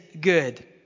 good